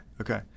okay